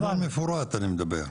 תכנון מפורט, אני מדבר.